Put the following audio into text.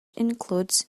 includes